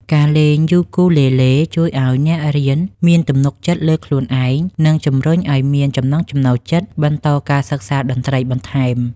ការលេងយូគូលេលេជួយឲ្យអ្នករៀនមានទំនុកចិត្តលើខ្លួនឯង និងជំរុញឲ្យមានចំណង់ចំណូលចិត្តបន្តការសិក្សាតន្ត្រីបន្ថែម។